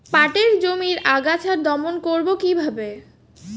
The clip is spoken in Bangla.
পাটের জমির আগাছা দমন করবো কিভাবে?